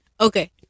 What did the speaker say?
Okay